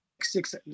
six